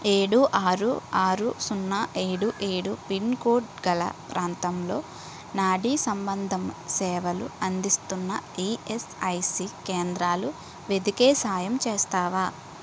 ఏడు ఆరు ఆరు సున్నా ఏడు ఏడు పిన్ కోడ్ గల ప్రాంతంలో నాడీసంబంధ సేవలు అందిస్తున్న ఈఎస్ఐసి కేంద్రాలు వెతికే సాయం చేస్తావా